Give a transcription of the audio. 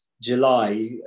July